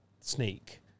sneak